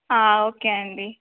okay అండి